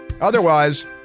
Otherwise